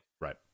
Right